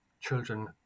children